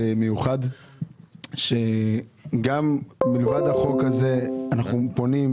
מיוחד שגם מלבד החוק הזה אנחנו פונים,